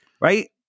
right